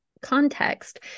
context